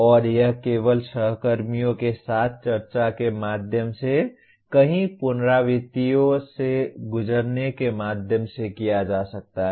और यह केवल सहकर्मियों के साथ चर्चा के माध्यम से कई पुनरावृत्तियों से गुजरने के माध्यम से किया जा सकता है